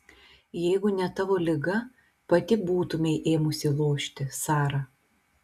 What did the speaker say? jeigu ne tavo liga pati būtumei ėmusi lošti sara